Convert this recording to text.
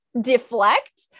deflect